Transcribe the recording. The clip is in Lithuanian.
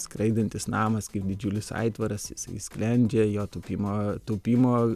skraidantis namas kaip didžiulis aitvaras jisai sklendžia jo tūpimo tūpimo